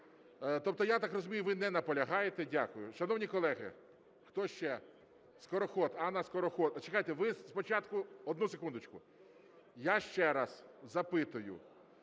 Тобто, я так розумію, ви не наполягаєте? Дякую. Шановні колеги, хто ще? Скороход, Анна Скороход. Чекайте, ви спочатку… Одну секундочку, я ще раз запитую,